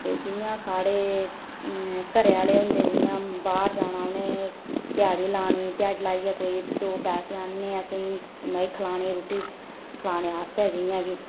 जि'यां साढ़े घरै आह्ले होंदे जि'यां उ'नें बाहर जाना उ'नें दिहाड़ी लानी ते देहाड़ी लाइयै कुदै दौ पैसे आह्नने असें ई कमाई खाने रुट्टी खलानै आस्तै जि'यां कि